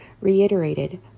reiterated